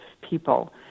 people